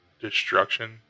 destruction